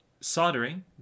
soldering